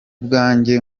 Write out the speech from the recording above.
bwanjye